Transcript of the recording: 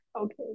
Okay